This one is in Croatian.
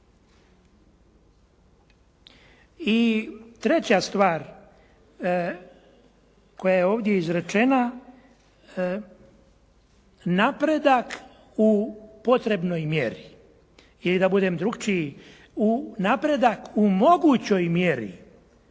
I treća stvar koja je ovdje izrečena, napredak u potrebnoj mjeri ili da budem drukčiji, napredak u mogućoj mjeri.